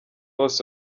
bose